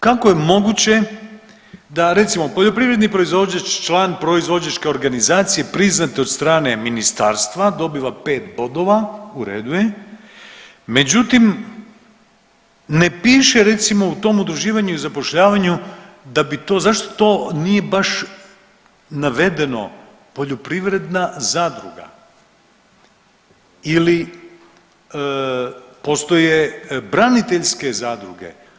Kako je moguće da recimo poljoprivredni proizvođač, član proizvođačke organizacije priznate od strane ministarstva dobiva 5 bodova, u redu je, međutim ne piše recimo u tom udruživanju i zapošljavanju da bi to, zašto to nije baš navedeno poljoprivredna zadruga ili postoje braniteljske zadruge.